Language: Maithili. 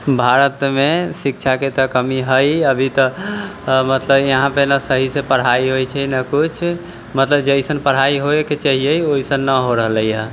भारतमे शिक्षाके तऽ कमी हइ अभी तऽ मतलब यहाँ पे नहि सही से पढ़ाइ होइत छै नहि किछु मतलब जेहन पढ़ाइ होयके चाहियै ओहन नहि हो रहलै हँ